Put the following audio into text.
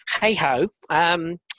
hey-ho